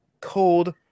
cold